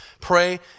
Pray